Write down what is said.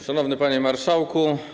Szanowny Panie Marszałku!